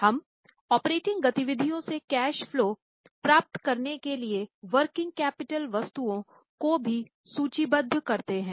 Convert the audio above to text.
हम ऑपरेटिंग गतिविधियों से कैश फलो प्राप्त करने के लिए वर्किंग कैपिटल वस्तुओं को भी सूचीबद्ध करते हैं